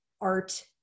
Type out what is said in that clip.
art